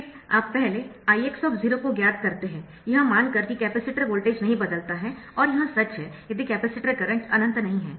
फिर आप पहले Ix को ज्ञात करते है यह मान कर है कि कैपेसिटर वोल्टेज नहीं बदलता है और यह सच है यदि कैपेसिटर करंट अनंत नहीं है